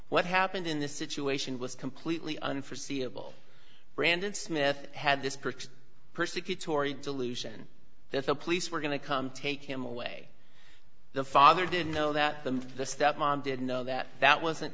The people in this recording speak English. what happened in this situation was completely unforeseeable brandon smith had this perks persecute tory delusion that the police were going to come take him away the father didn't know that them the step mom didn't know that that wasn't